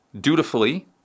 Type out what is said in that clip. dutifully